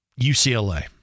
UCLA